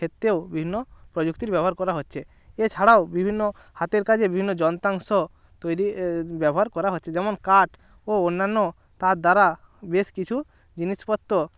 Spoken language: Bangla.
ক্ষেত্তেও বিভিন্ন প্রযুক্তির ব্যবহার করা হচ্ছে এছাড়াও বিভিন্ন হাতের কাজে বিভিন্ন যন্ত্রাংশ তৈরি ব্যবহার করা হচ্ছে যেমন কাট ও অন্যান্য তার দ্বারা বেশ কিছু জিনিসপত্র